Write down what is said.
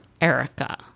Erica